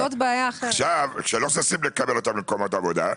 זאת בעיה אחרת כשלא ששים לקבל אותם למקומות עבודה,